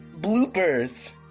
Bloopers